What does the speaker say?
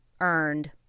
earned